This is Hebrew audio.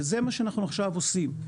וזה מה שאנחנו עכשיו עושים.